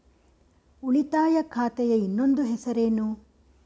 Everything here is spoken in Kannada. ಉಳಿತಾಯ ಖಾತೆಯ ಇನ್ನೊಂದು ಹೆಸರೇನು?